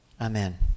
Amen